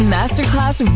Masterclass